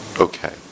Okay